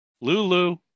Lulu